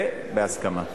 ובהסכמה.